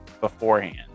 beforehand